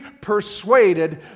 persuaded